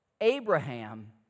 Abraham